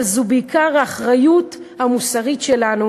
אבל זו בעיקר האחריות המוסרית שלנו